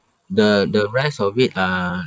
the the rest of it are